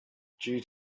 due